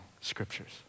scriptures